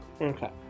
okay